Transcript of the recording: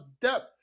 depth